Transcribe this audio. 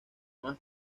más